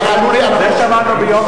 אני רוצה להגיד, את זה שמענו ביום רביעי.